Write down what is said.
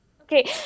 Okay